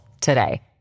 today